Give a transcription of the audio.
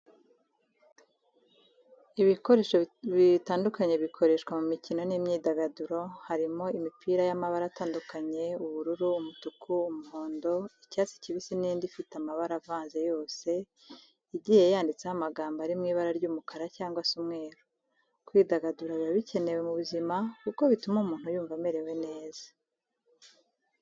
Ibikoresho bitandukanye bikoreshwa mu mikino n'imyidagaduro, harimo imipira y'amabara atandukanye ubururu, umutuku, umuhondo, icyatsi kibisi n'indi ifite amabara avanze yose igiye yanditseho amagambo ari mw'ibara ry'umukara cyangwa se umweru, kwidagadura biba bikenewe mu buzima kuko bituma umuntu yumva amerewe neza